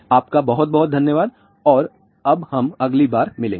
आपका बहुत बहुत धन्यवाद और अब हम अगली बार मिलेंगे